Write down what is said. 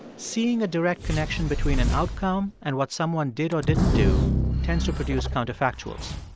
seeing a direct connection between an outcome and what someone did or didn't do tends to produce counterfactuals.